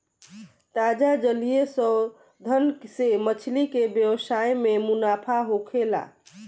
ताजा जलीय संवर्धन से मछली के व्यवसाय में मुनाफा होखेला